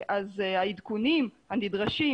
העדכונים הנדרשים